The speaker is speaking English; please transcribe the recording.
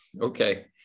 Okay